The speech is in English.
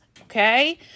okay